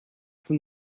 from